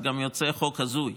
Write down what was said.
גם יוצא חוק הזוי,